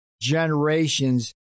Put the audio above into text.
generations